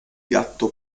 gatto